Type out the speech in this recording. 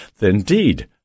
Indeed